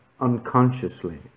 unconsciously